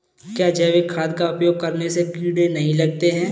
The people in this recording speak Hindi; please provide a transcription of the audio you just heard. क्या जैविक खाद का उपयोग करने से कीड़े नहीं लगते हैं?